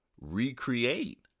recreate